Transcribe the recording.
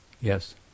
yes